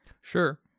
sure